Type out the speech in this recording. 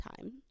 time